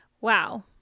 wow